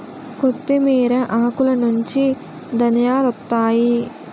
కొత్తిమీర ఆకులనుంచి ధనియాలొత్తాయి